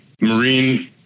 Marine